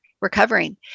recovering